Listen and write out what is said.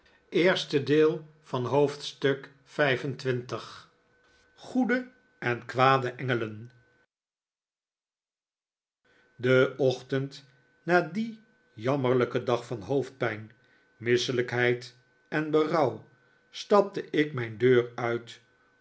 goede en kwade engelen den ochtend na dien jammerlijken dag van hoofdpijn misselijkheid en berouw stapte ik mijn deur uit